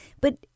but-